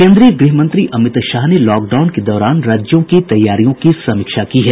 केन्द्रीय गृह मंत्री अमित शाह ने लॉकडाउन के दौरान राज्यों की तैयारियों की समीक्षा की है